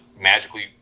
magically